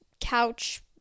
couch